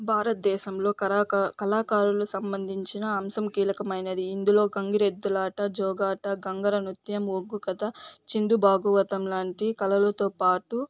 భారతదేశంలో కరాక కళాకారులు సంబంధించిన అంశం కీలకమైనది ఇందులో గంగిరెద్దులాట జోగాట గంగర నృత్యం ఒగ్గు కథ చిందు భాగవతం లాంటి కళలతో పాటు